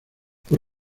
por